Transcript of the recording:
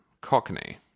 Cockney